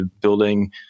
building